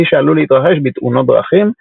כפי שעלול להתרחש בתאונות דרכים,